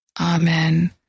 Amen